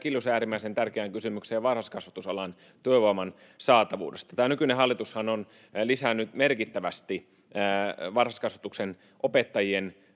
Kiljusen äärimmäisen tärkeään kysymykseen varhaiskasvatusalan työvoiman saatavuudesta: Tämä nykyinen hallitushan on lisännyt merkittävästi varhaiskasvatuksen opettajien